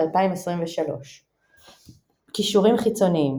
2023. קישורים חיצוניים